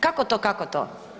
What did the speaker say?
Kako to, kako to?